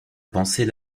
pensée